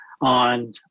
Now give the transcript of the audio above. on